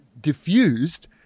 diffused